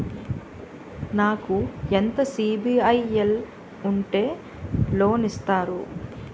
నాకు ఎంత సిబిఐఎల్ ఉంటే లోన్ ఇస్తారు?